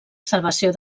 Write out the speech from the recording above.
salvació